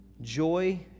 Joy